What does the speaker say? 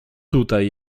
tutaj